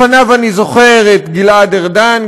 לפניו אני זוכר את גלעד ארדן,